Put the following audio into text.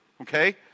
okay